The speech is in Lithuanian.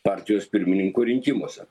partijos pirmininko rinkimuose